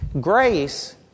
grace